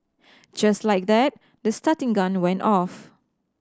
just like that the starting gun went off